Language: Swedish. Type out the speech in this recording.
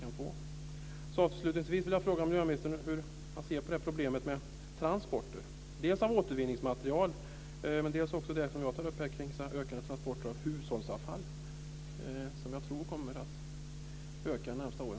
Avslutningsvis vill jag fråga miljöministern hur han ser på problemet med dels transporter av återvinningsmaterial, dels ökade transporter av hushållsavfall, som jag tror kommer att öka de närmaste åren.